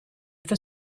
for